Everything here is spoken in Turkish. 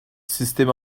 sistemi